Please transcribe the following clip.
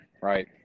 right